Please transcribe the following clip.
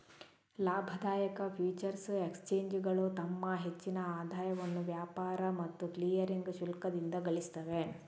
ಲಾಭದಾಯಕ ಫ್ಯೂಚರ್ಸ್ ಎಕ್ಸ್ಚೇಂಜುಗಳು ತಮ್ಮ ಹೆಚ್ಚಿನ ಆದಾಯವನ್ನ ವ್ಯಾಪಾರ ಮತ್ತು ಕ್ಲಿಯರಿಂಗ್ ಶುಲ್ಕದಿಂದ ಗಳಿಸ್ತವೆ